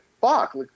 fuck